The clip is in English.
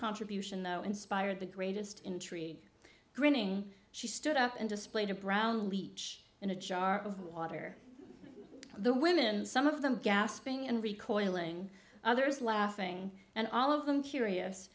contribution inspired the greatest intrigue grinning she stood up and displayed a brown leech in a jar of water the women some of them gasping and recoiling others laughing and all of them curious